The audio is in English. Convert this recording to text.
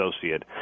associate